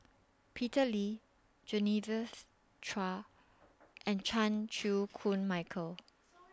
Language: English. Peter Lee Genevieve Chua and Chan Chew Koon Michael